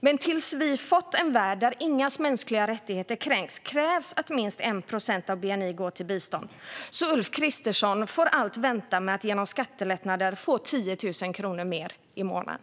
Men tills vi fått en värld där ingen människas mänskliga rättigheter kränks krävs att minst en procent av bni går till bistånd, så Ulf Kristersson får allt vänta med att genom skattelättnad få 10 000 kronor mer i månaden.